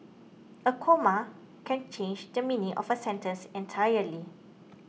a comma can change the meaning of a sentence entirely